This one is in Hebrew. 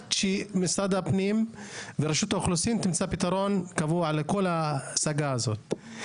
שמשרד הפנים ורשות האוכלוסין ימצא פתרון קבוע לכל הסגה הזאת.